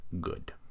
good